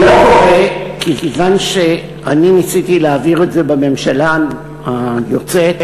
אני ניסיתי להעביר את זה בממשלה היוצאת,